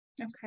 Okay